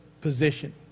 position